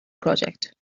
project